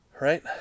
Right